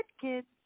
kids